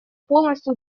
полностью